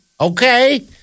Okay